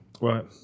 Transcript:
Right